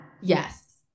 Yes